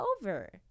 over